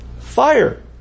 Fire